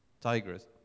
Tigris